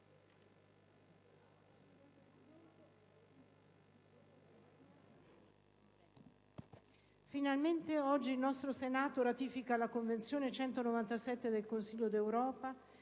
finalmente, oggi il nostro Senato ratifica la Convenzione n. 197 del Consiglio d'Europa